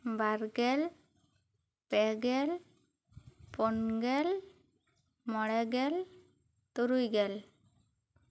ᱵᱟᱨᱜᱮᱞ ᱯᱮᱜᱮᱞ ᱯᱩᱱᱜᱮᱞ ᱢᱚᱬᱮᱜᱮᱞ ᱛᱩᱨᱩᱭᱜᱮᱞ